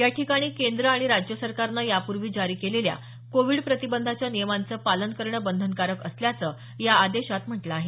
याठिकाणी केंद्र आणि राज्य सरकारनं यापूर्वी जारी केलेल्या कोविड प्रतिबंधाच्या नियामंचं पालन करणं बंधनकारक असल्याचं या आदेशात म्हटलं आहे